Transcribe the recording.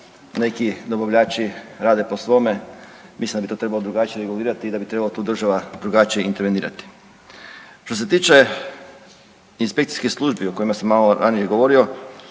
Neki dobavljači rade po svome, mislim da bi to trebalo drugačije regulirati i da bi trebala tu država drugačije intervenirati. Što se tiče inspekcijskih službi o kojima sam malo ranije govorio